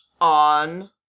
on